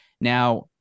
Now